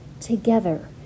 together